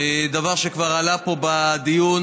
דבר שכבר עלה פה בדיון,